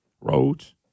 roads